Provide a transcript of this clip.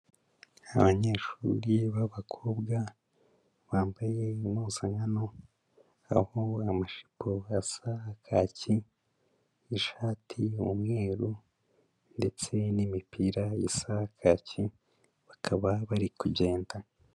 Abanyeshuri b'abakobwa bambaye impuzankano, aho amajipo asa kaki, ishati umweru ndetse n'imipira isa kaki, bakaba bari kugenda.